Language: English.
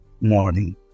morning